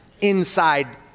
inside